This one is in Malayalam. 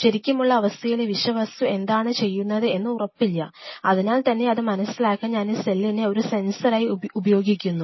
ശരിക്കുമുള്ള അവസ്ഥയിൽ ഈ വിഷവസ്തു എന്താണ് ചെയ്യുന്നത് എന്ന് ഉറപ്പില്ല അതിനാൽ തന്നെ അത് മനസ്സിലാക്കാൻ ഞാൻ ഈ സെല്ലിനെ ഒരു സെൻസർ ആയി ഉപയോഗിക്കുന്നു